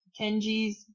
Kenji's